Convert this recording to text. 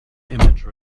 image